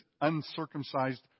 uncircumcised